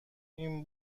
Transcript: این